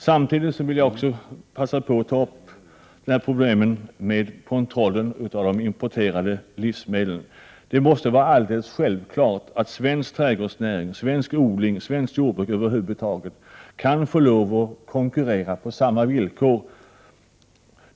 Samtidigt vill jag passa på att ta upp de här problemen med kontrollen av de importerade livsmedlen. Det måste vara alldeles självklart att svensk trädgårdsnäring, svensk odling, svenskt jordbruk över huvud taget kan få lov att konkurrera på samma villkor.